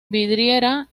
vidriera